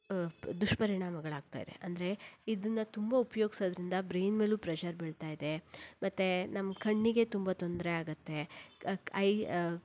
ದುಷ್ಪರಿಣಾಮಗಳಾಗ್ತಾ ಇದೆ ಅಂದರೆ ಇದನ್ನು ತುಂಬ ಉಪಯೋಗಿಸೋದ್ರಿಂದ ಬ್ರೇನ್ ಮೇಲೂ ಪ್ರೆಶರ್ ಬೀಳ್ತಾ ಇದೆ ಮತ್ತು ನಮ್ಮ ಕಣ್ಣಿಗೆ ತುಂಬ ತೊಂದರೆ ಆಗತ್ತೆ ಕ ಐ